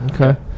Okay